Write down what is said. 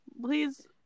Please